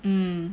mm